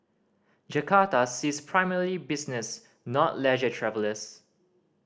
Jakarta sees primarily business not leisure travellers